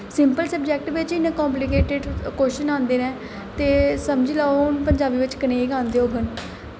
simple subject बिच्च इन्ने complicated question आंदे न ते समझी लैओ पंजाबी बिच्च कनेह् गै आंदे होङन